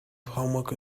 homework